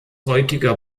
heutige